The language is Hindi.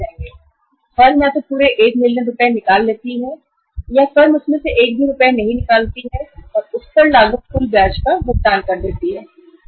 अब फर्म या तो पूरे 1 मिलियन रुपए निकालती है या उस खाते में एक भी रुपए नहीं निकालती है उसे उस ऋण पर लागू कुल ब्याज का भुगतान करना पड़ेगा